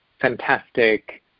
fantastic